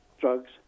drugs